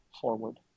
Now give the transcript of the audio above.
forward